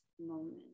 moment